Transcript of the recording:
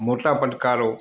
મોટા પડકારો